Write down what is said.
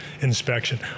inspection